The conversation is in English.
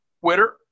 twitter